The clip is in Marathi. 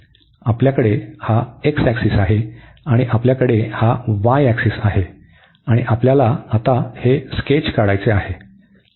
आपल्याकडे हा ऍक्सिस आहे आणि आपल्याकडे हा y ऍक्सिस आहे आणि आपल्याला आता हे स्केच काढायचे आहे